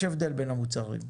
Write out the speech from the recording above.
יש הבדל בין המוצרים.